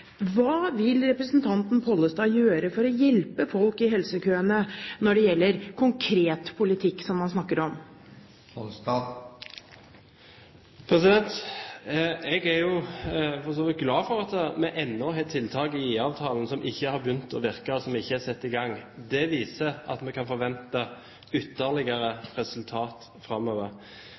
Hva vil representanten Pollestad gjøre for å hjelpe folk i helsekøene med tanke på konkret politikk, som han snakker om? Jeg er for så vidt glad for at vi har tiltak i IA-avtalen som ennå ikke har begynt å virke, og som ikke er satt i gang. Det viser at vi kan forvente ytterligere resultat framover.